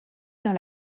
dans